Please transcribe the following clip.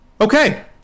Okay